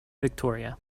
victoria